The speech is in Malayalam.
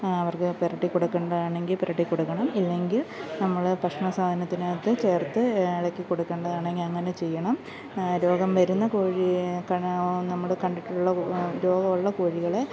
അവര്ക്ക് പുരട്ടി കൊടുക്കേണ്ട ആണെങ്കില് പുരട്ടിക്കൊടുക്കണം ഇല്ലെങ്കില് നമ്മൾ ഭക്ഷണം സാധനത്തിനകത്ത് ചേര്ത്ത് ഇളക്കി കൊടുക്കേണ്ടതാണെങ്കിൽ അങ്ങനെ ചെയ്യണം രോഗം വരുന്ന കോഴിയെ കണാൻ ഓ നമ്മുടെ കണ്ടിട്ടുള്ള കോഴി രോഗമുള്ള കോഴികളെ